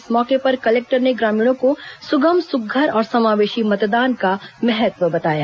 इस मौके पर कलेक्टर ने ग्रामीणों को सुगम सुघ्घर और समावेशी मतदान का महत्व बताया